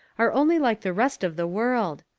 are only like the rest of the world.